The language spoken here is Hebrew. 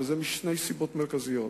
וזה משתי סיבות מרכזיות.